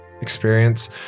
experience